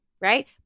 right